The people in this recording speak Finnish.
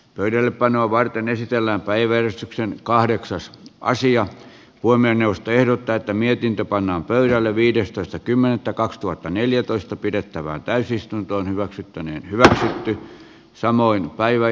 pöydällepanoa varten esitellään päivystykseen kahdeksan sc raisio tuominen ehdottaa että mietintö pannaan pöydälle viidestoista kymmenettä kaksituhattaneljätoista pidettävään täysistuntoon hyväksytty niin hyvä samoin päivän